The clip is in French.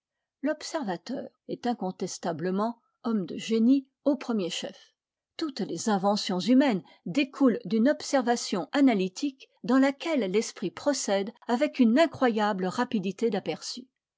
l'observateur est incontestablement homme de génie au premier chef toutes les inventions humaines découlent d'une observation analytique dans laquelle l'esprit procède avec une incroyable rapidité d'aperçus